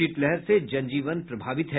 शीत लहर से जनजीवन प्रभावित है